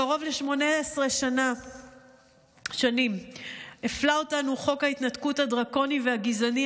קרוב ל-18 שנים הפלה אותנו חוק ההתנתקות הדרקוני והגזעני,